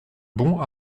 bon